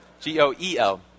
G-O-E-L